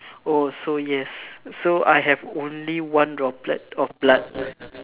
oh so yes so I have only one droplet of blood